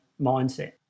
mindset